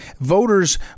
voters